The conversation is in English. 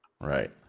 Right